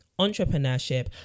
entrepreneurship